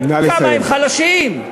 עד כמה הם חלשים,